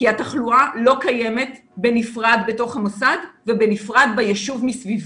כי התחלואה לא קיימת בנפרד בתוך המוסד ובנפרד ביישוב מסביבו,